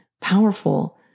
powerful